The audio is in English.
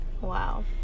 Wow